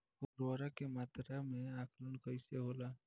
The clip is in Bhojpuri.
उर्वरक के मात्रा में आकलन कईसे होला?